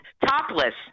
topless